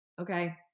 okay